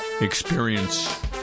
experience